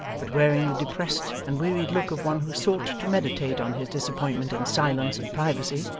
but wearing the depressed and wearied look of one who sought to meditate on his disappointment in silence and privacy,